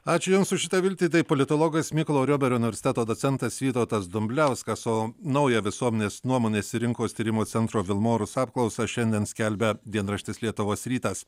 ačiū jums už šitą viltį taip politologas mykolo riomerio universiteto docentas vytautas dumbliauskas o naują visuomenės nuomonės ir rinkos tyrimų centro vilmorus apklausą šiandien skelbia dienraštis lietuvos rytas